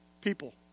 people